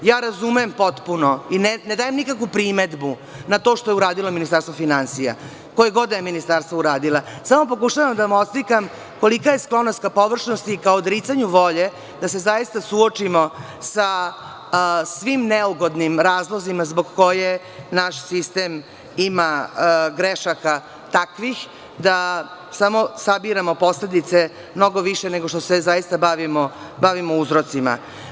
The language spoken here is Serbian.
Potpuno razumem i ne dajem nikakvu primedbu na to što je uradilo Ministarstvo finansija, koje god da je ministarstvo uradilo, samo pokušavam da vam oslikam kolika je sklonost ka površnosti, ka odricanju volje da se zaista suočimo sa svim neugodnim razlozima zbog kojih naš sistem ima takvih grešaka da samo sabiramo posledice mnogo više nego što se zaista bavimo uzrocima.